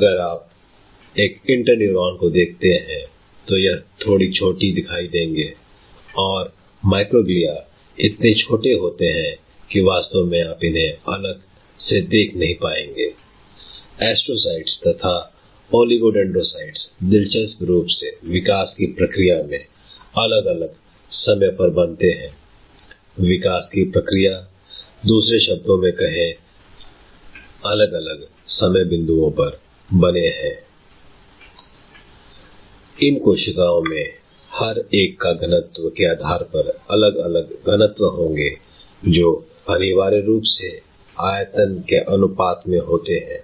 अगर आप एक इंटर न्यूरॉन को देखते हैं तो यह थोड़ी छोटी दिखाई देंगे और माइक्रोग्लिया इतने छोटे होते हैं कि वास्तव में आप उन्हें देख नहीं पाएंगे I एस्ट्रो साइट अथवा ओलिगोडेंड्रोसाइट दिलचस्प रूप से विकास की प्रक्रिया में अलग अलग समय पर बने हैं I विकास की प्रक्रिया दूसरे शब्दों में कहें तो यह अलग अलग समय बिंदुओं पर बने हैं I इन कोशिकाओं में हर एक का घनत्व के आधार पर अलग अलग घनत्व होंगे जो अनिवार्य रूप से आयतन के अनुपात में होते हैं